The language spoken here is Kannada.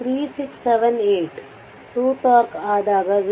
3678 2 τ ಆದಾಗ 0